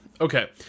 Okay